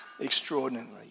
extraordinarily